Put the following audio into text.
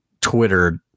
Twitter